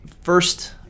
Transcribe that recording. First